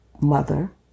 mother